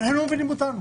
אבל הם לא מבינים אותנו.